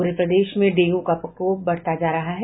पूरे प्रदेश में डेंगू का प्रकोप बढ़ता जा रहा है